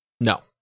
No